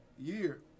year